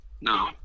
No